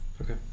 Okay